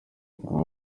nguwo